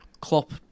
Klopp